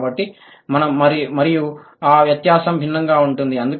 కాబట్టి మరియు ఈ వ్యత్యాసం భిన్నంగా ఉంటుంది